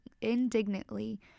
indignantly